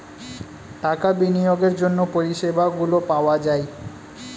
টাকা বিনিয়োগের জন্য পরিষেবাগুলো পাওয়া যায়